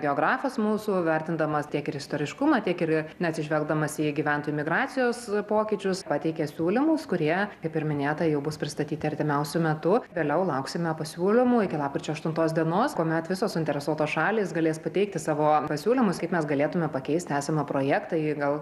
geografas mūsų vertindamas tiek ir istoriškumą tiek ir neatsižvelgdamas į gyventojų migracijos pokyčius pateikė siūlymus kurie kaip ir minėta jau bus pristatyti artimiausiu metu vėliau lauksime pasiūlymų iki lapkričio aštuntos dienos kuomet visos suinteresuotos šalys galės pateikti savo pasiūlymus kaip mes galėtume pakeisti esamą projektą į jį gal